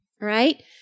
right